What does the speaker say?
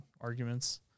arguments